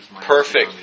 Perfect